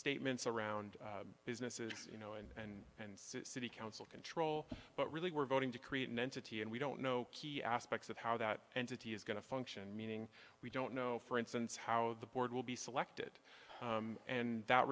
statements around businesses you know and and city council control but really we're voting to create an entity and we don't know aspects of how that entity is going to function meaning we don't know for instance how the board will be selected and that